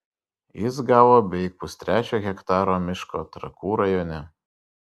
jis gavo beveik pustrečio hektaro miško trakų rajone